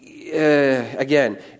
again